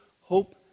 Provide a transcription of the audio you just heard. hope